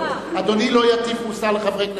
אדוני לא יטיף מוסר לחברי כנסת.